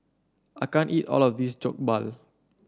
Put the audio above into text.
I can't eat all of this Jokbal